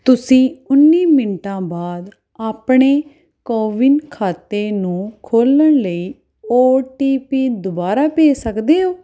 ਤੁਸੀਂ ਉੱਨੀ ਮਿੰਟਾਂ ਬਾਅਦ ਆਪਣੇ ਕੋਵਿਨ ਖਾਤੇ ਨੂੰ ਖੋਲ੍ਹਣ ਲਈ ਓ ਟੀ ਪੀ ਦੁਬਾਰਾ ਭੇਜ ਸਕਦੇ ਹੋ